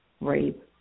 rape